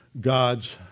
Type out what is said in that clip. God's